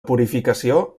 purificació